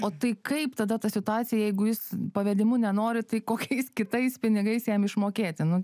o tai kaip tada ta situacija jeigu jis pavedimu nenori tai kokiais kitais pinigais jam išmokėti nu